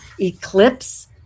eclipse